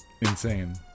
insane